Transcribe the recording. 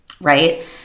right